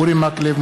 אורי מקלב,